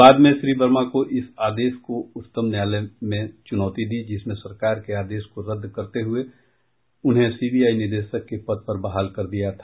बाद में श्री वर्मा ने इस आदेश को उच्चतम न्यायालय में चुनौती दी जिसने सरकार के आदेश को रद्द करते हुए उन्हें सी बी आई निदेशक के पद पर बहाल कर दिया था